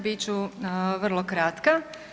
Bit ću vrlo kratka.